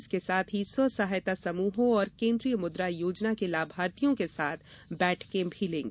इसके साथ ही स्वसहायता समूहों और केन्द्रीय मुद्रा योजना के लाभार्थियों के साथ बैठकें भी लेंगी